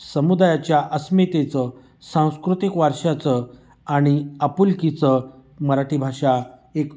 समुदायाच्या अस्मितेचं सांस्कृतिक वारशाचं आणि आपुलकीचं मराठी भाषा एक